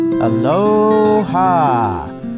Aloha